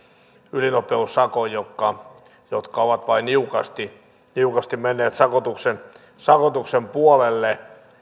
ylinopeussakon jotka ovat vain niukasti menneet sakotuksen sakotuksen puolelle tässä